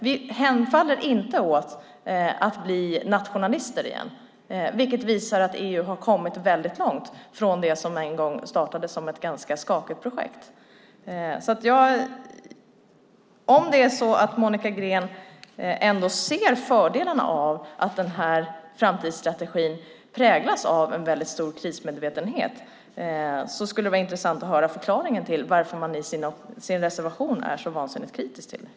Vi hemfaller inte åt att bli nationalister igen, vilket visar att EU har kommit väldigt långt från det som en gång startade som ett ganska skakigt projekt. Om det är så att Monica Green ändå ser fördelarna av att den här framtidsstrategin präglas av en stor krismedvetenhet skulle det vara intressant att höra förklaringen till att man i sin reservation är så vansinnigt kritisk till den.